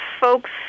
folks